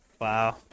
Wow